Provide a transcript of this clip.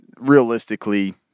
realistically